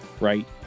right